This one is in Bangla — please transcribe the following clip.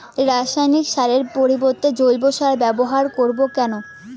রাসায়নিক সারের পরিবর্তে জৈব সারের ব্যবহার করব কেন?